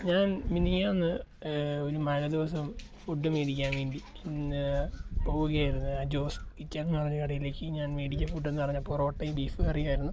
ഞാൻ മിനിഞ്ഞാന്ന് ഒരു മഴ ദിവസം ഫുഡ് മേടിക്കാൻ വേണ്ടി ഞാൻ പോകുകയായിരുന്നു ആ ജോസ് കിച്ചണെന്നു പറഞ്ഞ കടയിലേക്കു ഞാൻ മേടിച്ച ഫുഡ് എന്നു പറഞ്ഞാൽ പൊറോട്ടയും ബീഫ് കറിയുമായിരുന്നു